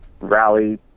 rally